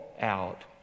out